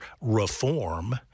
reform